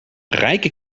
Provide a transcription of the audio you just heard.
rijke